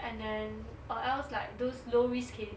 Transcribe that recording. and then or else like those low risk ca~